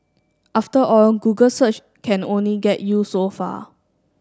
after all Google search can only get you so far